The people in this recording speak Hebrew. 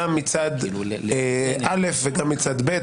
גם מצד א' וגם מצד ב',